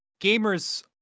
gamers